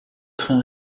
trains